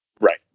Right